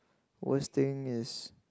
worst thing is